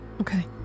Okay